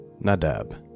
Nadab